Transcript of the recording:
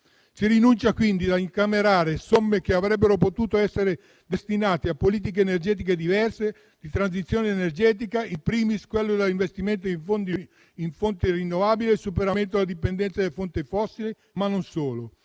Si rinuncia quindi a incamerare somme che avrebbero potuto essere destinate a politiche energetiche diverse di transizione energetica, *in primis* quelle da investimento in fonti rinnovabili e superamento della dipendenza da fonti fossili. E non solo: